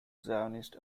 zionist